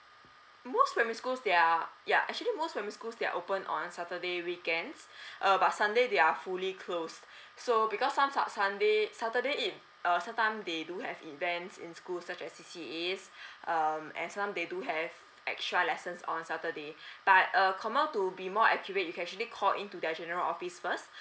most primary schools they are ya actually most primary schools they are open on saturday weekends uh but sunday they are fully closed so because some sun~ sun~ sunday saturday it err sometime they do have events in school such as C C As um and sometimes they do have extra lessons on saturday but uh kamil to be more accurate you can actually call in to their general office first